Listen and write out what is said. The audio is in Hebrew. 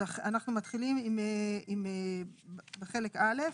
אז אנחנו מתחילים עם חלק א'.